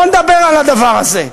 בוא נדבר על הדבר הזה.